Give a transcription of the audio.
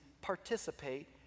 participate